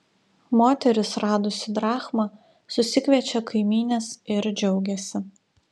moteris radusi drachmą susikviečia kaimynes ir džiaugiasi